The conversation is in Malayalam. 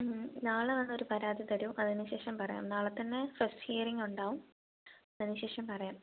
നാളെ വന്നൊരു പരാതി തരൂ അതിന് ശേഷം പറയാം നാളത്തന്നെ ഫസ്റ്റ് ഹിയറിംഗുണ്ടാവും അതിന് ശേഷം പറയാം